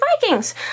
Vikings